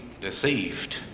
deceived